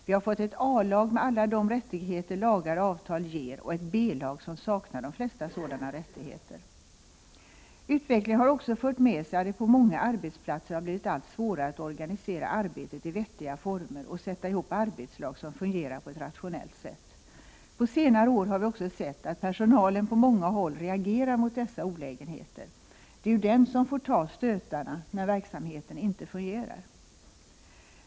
Vi har fått ett A-lag med alla de rättigheter lagar och avtal ger och ett B-lag som saknar de flesta sådana rättigheter. Utvecklingen har också fört med sig att det på många arbetsplatser har blivit allt svårare att organisera arbetet i vettiga former och att sätta ihop arbetslag som fungerar på att rationellt sätt. På senare år har vi också sett att personalen på många håll reagerar mot dessa olägenheter. Det är ju den som får ta stötarna när verksamheten inte fungerar.